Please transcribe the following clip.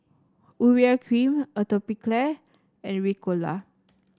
Urea Cream Atopiclair and Ricola